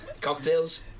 cocktails